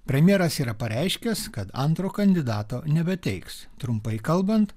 premjeras yra pareiškęs kad antro kandidato nebeteiks trumpai kalbant